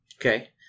Okay